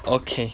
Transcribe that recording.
okay